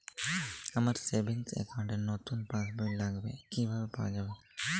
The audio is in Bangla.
আমার সেভিংস অ্যাকাউন্ট র নতুন পাসবই লাগবে, কিভাবে পাওয়া যাবে?